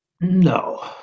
No